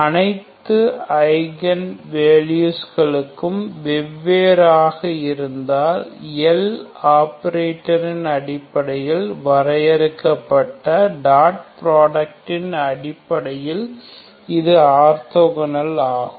அனைத்து eigen values களும் வெவ்வேறாக இருந்தால் L ஆப்பரேட்டரின் அடிப்படையில் வரையறுக்கப்பட்ட டாட் ஃபுரோடக் இன் அடிப்படையில் இது ஆர்தொகோனல் ஆகும்